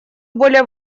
более